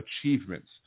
achievements